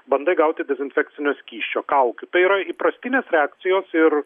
bandai gauti dezinfekcinio skysčio kaukių tai yra įprastinės reakcijos ir